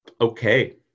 Okay